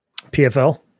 PFL